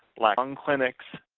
black lung clinics,